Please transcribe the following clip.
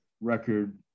record